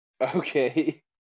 Okay